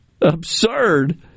Absurd